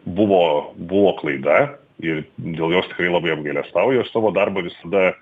buvo buvo klaida ir dėl jos tikrai labai apgailestauju aš savo darbą visada